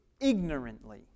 ignorantly